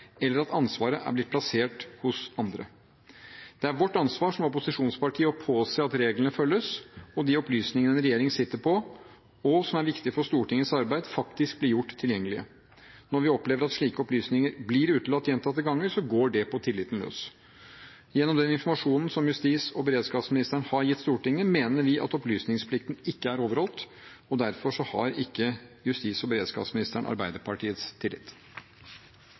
plassert hos andre. Det er vårt ansvar som opposisjonsparti å påse at reglene følges, og at de opplysninger en regjering sitter på, og som er viktig for Stortingets arbeid, faktisk blir gjort tilgjengelige. Når vi opplever at slike opplysninger blir utelatt gjentatte ganger, går det på tilliten løs. Gjennom den informasjonen som justis- og beredskapsministeren har gitt Stortinget, mener vi at opplysningsplikten ikke er overholdt, og derfor har ikke justis- og beredskapsministeren Arbeiderpartiets tillit.